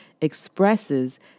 expresses